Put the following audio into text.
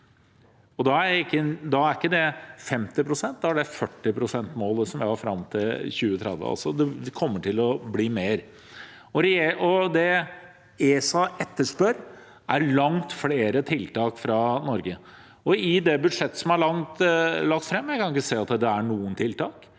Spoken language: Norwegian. Da er det ikke 50 pst., men 40 pst., som var målet fram til 2030. Det kommer altså til å bli mer. Det ESA etterspør, er langt flere tiltak fra Norge. I det budsjettet som er lagt fram, kan jeg ikke se at det er noen tiltak.